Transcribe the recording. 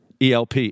ELP